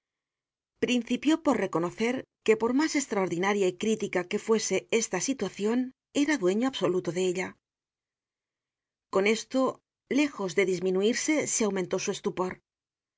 principió por reconocer que por mas estraordinaria y crítica que fuese esta situacion era dueño absoluto de ella con esto lejos de disminuirse se aumentó su estupor